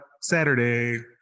Saturday